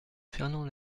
fernand